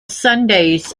sundays